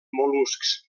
mol·luscs